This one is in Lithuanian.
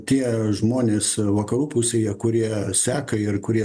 tie žmonės vakarų pusėje kurie seka ir kurie